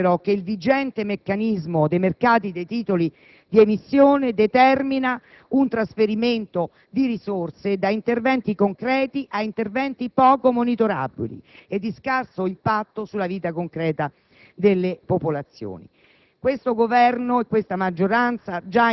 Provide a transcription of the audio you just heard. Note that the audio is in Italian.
evidente, però, che il vigente meccanismo del mercato dei titoli di emissione determina il trasferimento di risorse da interventi concreti a interventi poco monitorabili e di scarso impatto sulla vita concreta delle popolazioni.